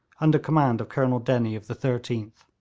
under command of colonel dennie of the thirteenth.